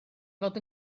fod